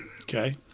Okay